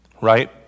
right